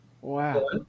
wow